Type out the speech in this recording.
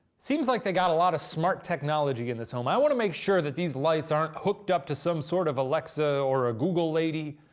seems like they got a lot of smart technology in this home. i wanna make sure that these lights aren't hooked up to some sort of alexa or a google lady.